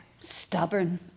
Stubborn